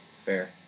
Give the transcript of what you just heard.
Fair